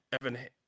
Evan